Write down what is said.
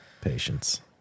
Patience